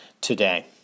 today